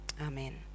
Amen